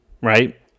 right